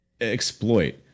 exploit